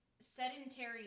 sedentary